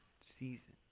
season